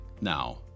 Now